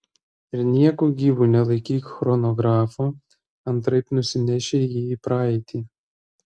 ir nieku gyvu nelaikyk chronografo antraip nusineši jį į praeitį